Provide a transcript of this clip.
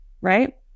Right